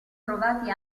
trovati